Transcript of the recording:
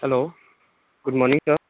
hello good morning sir